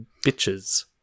bitches